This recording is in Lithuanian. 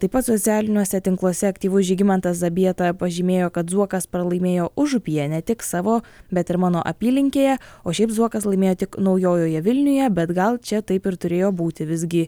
taip pat socialiniuose tinkluose aktyvus žygimantas zabieta pažymėjo kad zuokas pralaimėjo užupyje ne tik savo bet ir mano apylinkėje o šiaip zuokas laimėjo tik naujojoje vilnioje bet gal čia taip ir turėjo būti visgi